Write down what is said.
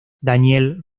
daniel